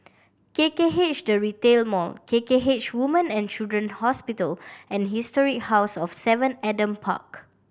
K K H The Retail Mall K K H Women and Children Hospital and History House of Seven Adam Park